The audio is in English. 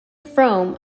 frome